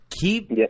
Keep